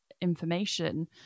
information